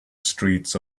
streets